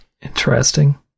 interesting